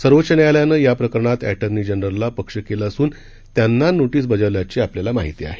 सर्वोच्च न्यायालयानं या प्रकरणात एार्जी जनरलला पक्ष केलं असून त्यांना नोरीस बजावल्याची माहिती आहे